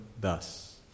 thus